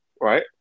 Right